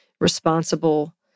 responsible